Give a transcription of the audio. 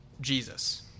Jesus